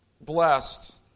blessed